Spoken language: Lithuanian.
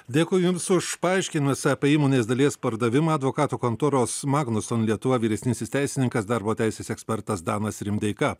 dėkui jums už paaiškinimus apie įmonės dalies pardavimą advokatų kontoros magnus lietuva vyresnysis teisininkas darbo teisės ekspertas danas rimdeika